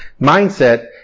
mindset